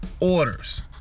orders